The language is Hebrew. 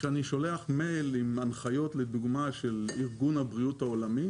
כשאני שולח מייל עם הנחיות לדוגמה של ארגון הבריאות העולמי